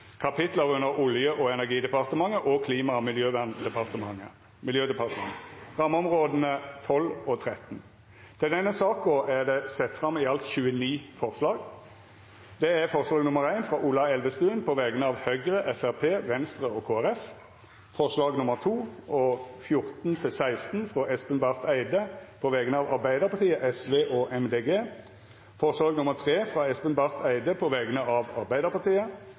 votering. Under debatten er det sett fram i alt 29 forslag. Det er forslag nr. 1, frå Ola Elvestuen på vegner av Høgre, Framstegspartiet, Venstre og Kristeleg Folkeparti forslaga nr. 2 og nr. 14–16, frå Espen Barth Eide på vegner av Arbeidarpartiet, Sosialistisk Venstreparti og Miljøpartiet Dei Grøne forslag nr. 3, frå Espen Barth Eide på vegner av Arbeidarpartiet